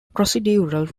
procedural